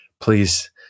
please